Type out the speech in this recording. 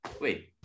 Wait